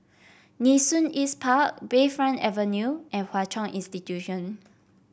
Nee Soon East Park Bayfront Avenue and Hwa Chong Institution